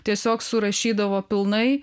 tiesiog surašydavo pilnai